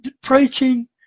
preaching